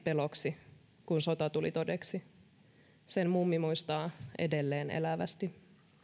peloksi kun sota tuli todeksi sen mummi muistaa edelleen elävästi